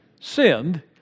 sinned